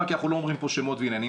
כי אנחנו לא אומרים פה שמות ועניינים.